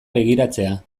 begiratzea